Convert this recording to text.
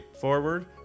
Forward